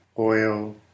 oil